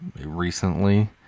recently